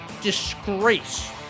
disgrace